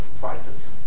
prices